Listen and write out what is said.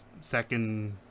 second